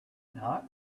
not